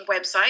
website